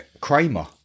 Kramer